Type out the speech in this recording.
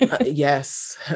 Yes